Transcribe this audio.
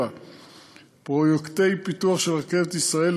7. פרויקטי הפיתוח של רכבת ישראל,